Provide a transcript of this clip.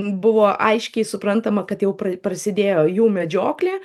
buvo aiškiai suprantama kad jau pra prasidėjo jų medžioklė